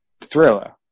thriller